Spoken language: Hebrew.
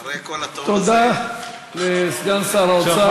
אחרי כל הטוב הזה, תודה לסגן שר האוצר.